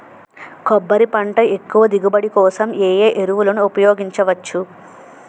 కొబ్బరి పంట ఎక్కువ దిగుబడి కోసం ఏ ఏ ఎరువులను ఉపయోగించచ్చు?